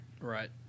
Right